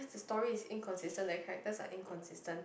the story is inconsistent their characters are inconsistent